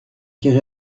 qui